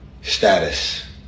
status